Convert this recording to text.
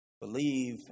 believe